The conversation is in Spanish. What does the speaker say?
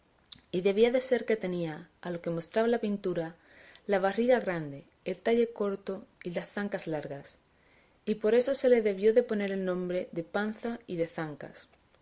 y debía de ser que tenía a lo que mostraba la pintura la barriga grande el talle corto y las zancas largas y por esto se le debió de poner nombre de panza y de zancas